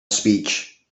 speech